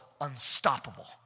unstoppable